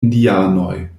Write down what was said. indianoj